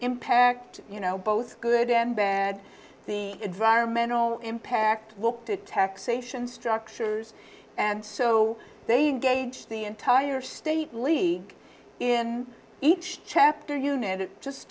impact you know both good and bad the environmental impact walk to taxation structures and so they engage the entire state league in each chapter unit just